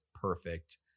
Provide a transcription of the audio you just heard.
perfect